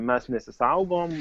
mes nesisaugom